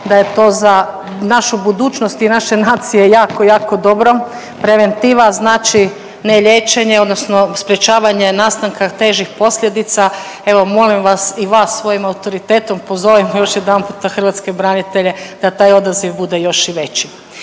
da je to za našu budućnost i naše nacije jako, jako dobro. Preventiva znači neliječenje odnosno sprječavanje nastanka težih posljedica. Evo, molim vas i vas svojim autoritetom pozovimo još jedanput hrvatske branitelje da taj odaziv bude još i veći.